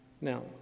Now